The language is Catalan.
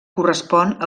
correspon